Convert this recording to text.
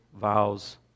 vows